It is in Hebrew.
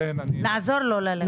נעזור לו ללכת.